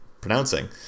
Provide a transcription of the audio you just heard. pronouncing